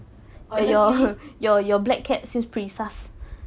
oh luckily